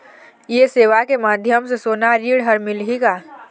ये सेवा के माध्यम से सोना ऋण हर मिलही का?